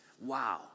wow